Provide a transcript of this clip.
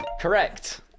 Correct